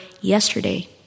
yesterday